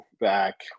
back